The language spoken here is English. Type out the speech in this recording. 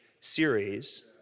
series